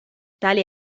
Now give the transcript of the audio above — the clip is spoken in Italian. tali